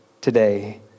today